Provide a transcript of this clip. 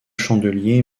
chandeliers